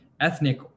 ethnic